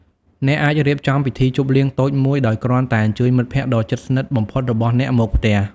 អ្នកអាចរៀបចំពិធីជប់លៀងតូចមួយដោយគ្រាន់តែអញ្ជើញមិត្តភក្តិដ៏ជិតស្និទ្ធបំផុតរបស់អ្នកមកផ្ទះ។